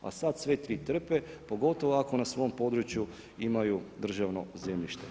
A sada sve tri trpe pogotovo ako na svom području imaju državno zemljište.